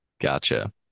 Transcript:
gotcha